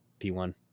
P1